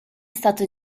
stato